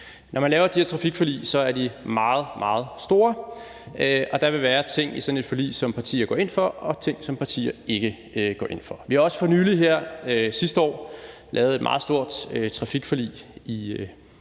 Når man laver de her trafikforlig, er de meget, meget store, og der vil være ting i sådan et forlig, som partier går ind for, og ting, som partier ikke går ind for. Vi har også for nylig, her sidste år, lavet et meget stort trafikforlig for